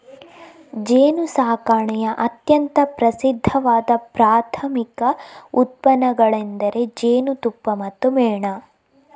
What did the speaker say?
ಜೇನುಸಾಕಣೆಯ ಅತ್ಯಂತ ಪ್ರಸಿದ್ಧವಾದ ಪ್ರಾಥಮಿಕ ಉತ್ಪನ್ನಗಳೆಂದರೆ ಜೇನುತುಪ್ಪ ಮತ್ತು ಮೇಣ